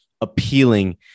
appealing